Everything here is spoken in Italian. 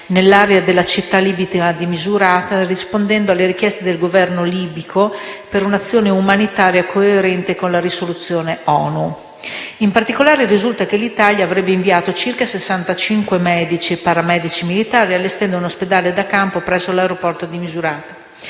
nell'area della città libica di Misurata, rispondendo alle richieste del Governo libico per un'azione umanitaria coerente con la risoluzione ONU. In particolare, risulta che l'Italia avrebbe inviato circa 65 medici e paramedici militari, allestendo un ospedale da campo presso l'aeroporto di Misurata,